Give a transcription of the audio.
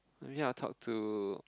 maybe I will talk to